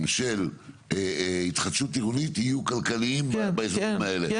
של התחדשות עירונית יהיו כלכליים באזורים האלה.